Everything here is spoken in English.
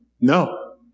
No